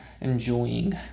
enjoying